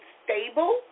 stable